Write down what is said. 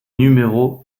numéro